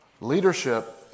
Leadership